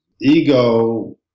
ego